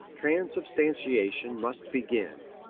transubstantiation must begin.